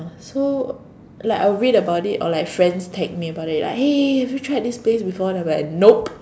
so like I would read about it or like friends tag me about it like hey have you tried this place before and I'll be like nope